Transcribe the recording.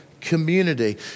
community